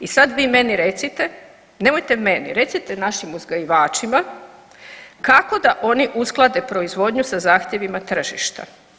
I sad vi meni recite, nemojte meni, recite našim uzgajivačima, kako da oni usklade proizvodnju sa zahtjevima tržišta.